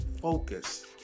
focus